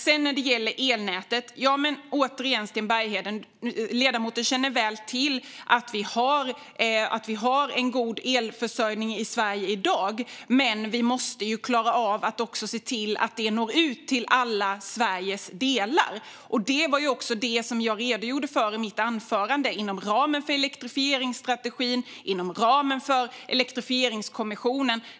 Så till elnätet. Ledamoten känner mycket väl till att vi har en god elförsörjning i Sverige i dag. Men vi måste också inom ramen för elektrifieringsstrategin och elektrifieringskommissionen se till att den når ut till alla Sveriges delar, vilket jag redogjorde för i mitt huvudanförande.